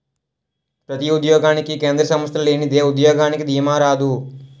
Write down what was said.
ప్రతి ఉద్యోగానికి కేంద్ర సంస్థ లేనిదే ఉద్యోగానికి దీమా రాదు